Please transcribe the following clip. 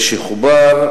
בדוח שחובר,